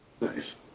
Nice